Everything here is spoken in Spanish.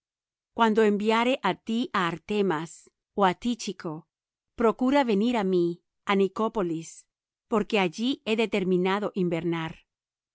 cuando enviare á ti á artemas ó á tichco procura venir á mí á nicópolis porque allí he determinado invernar